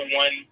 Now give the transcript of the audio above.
one